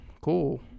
Cool